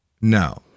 No